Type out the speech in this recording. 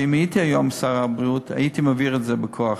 שאם הייתי היום שר הבריאות הייתי מעביר את זה בכוח.